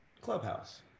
clubhouse